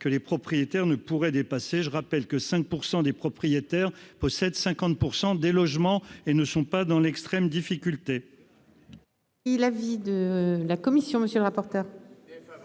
que les propriétaires ne pourraient pas dépasser. Je le rappelle, 5 % des propriétaires possèdent 50 % des logements : ils ne sont donc pas dans l'extrême difficulté.